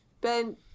Ben